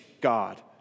God